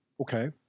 okay